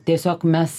tiesiog mes